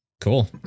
Cool